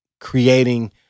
creating